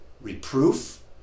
reproof